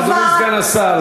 אדוני סגן השר,